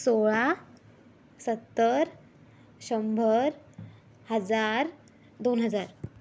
सोळा सत्तर शंभर हजार दोन हजार